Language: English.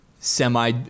Semi